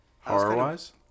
Horror-wise